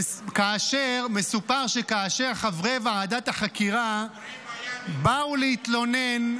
מסופר שכאשר חברי ועדת החקירה באו להתלונן,